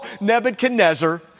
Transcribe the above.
Nebuchadnezzar